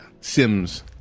Sims